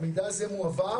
המידע הזה מועבר?